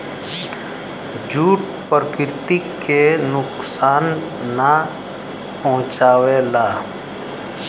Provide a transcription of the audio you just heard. jute प्रकृति के नुकसान ना पहुंचावला